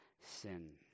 sin